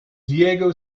diego